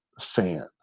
fan